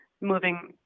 moving